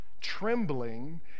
trembling